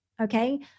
okay